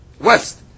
west